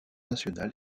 national